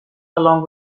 along